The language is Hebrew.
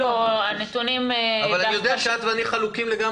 כי זורקים פה נתונים לא נכונים ואז זה הופך להיות אמת,